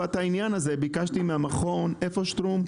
ביקשתי משטרום,